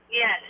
Yes